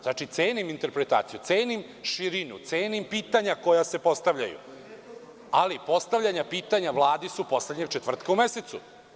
Znači, cenim interpretaciju, cenim širinu, cenim pitanja koja se postavljaju, ali postavljanja pitanja Vladi su poslednjeg četvrtka u mesecu.